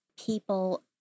people